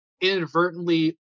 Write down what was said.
inadvertently